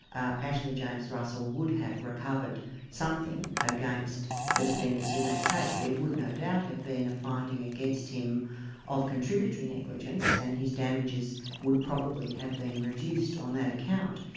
ah ashley james russell would have recovered something against the defendants in that case. there would no doubt have been a finding against him of contributory negligence and his damages would probably have been reduced on that account,